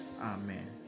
Amen